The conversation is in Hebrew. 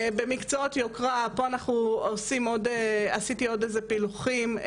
המקל הירוק הוא בהרבה יותר גבוה מהמקל הכחול בכל התחומים האלה,